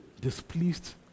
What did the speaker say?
displeased